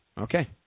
Okay